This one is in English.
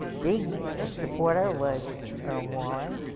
big supporter was earl warren